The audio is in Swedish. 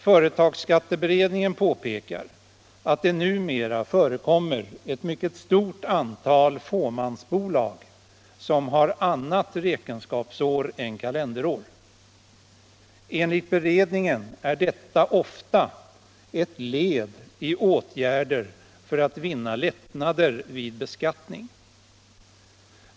Företagsskatteberedningen påpekar att det numera förekommer ett mycket stort antal fåmansbolag som har annat räkenskapsår än kalenderår. Enligt beredningen är detta ofta led i åtgärder för att vinna lättnader vid beskattning.